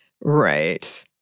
Right